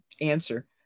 answer